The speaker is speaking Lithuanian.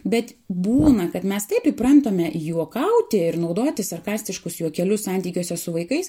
bet būna kad mes taip įprantame juokauti ir naudoti sarkastiškus juokelius santykiuose su vaikais